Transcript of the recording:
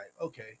okay